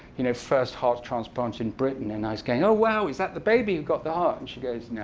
you know first heart transplant in britain. and i was going, oh wow, is that the baby who got the heart? and she goes, no.